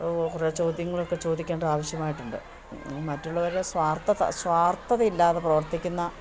കുറേ ചോദ്യങ്ങളൊക്കെ ചോദിക്കേണ്ട ആവശ്യമായിട്ടുണ്ട് മറ്റുള്ളവരുടെ സ്വാർഥത സ്വാർത്ഥതയില്ലാതെ പ്രവർത്തിക്കുന്ന